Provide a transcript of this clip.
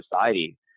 society